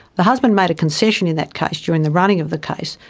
the husband made a concession in that case during the running of the case,